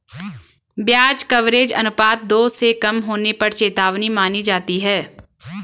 ब्याज कवरेज अनुपात दो से कम होने पर चेतावनी मानी जाती है